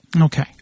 Okay